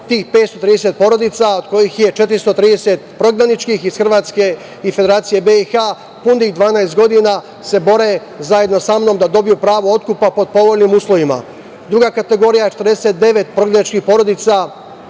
Tih 530 porodica od kojih je 430 prognaničkih iz Hrvatske i Federacije BiH. Punih 12 godina se bore zajedno sa mnom da dobiju pravo otkupa pod povoljnim uslovima. Druga kategorija je 49 prognaničkih porodica